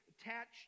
attached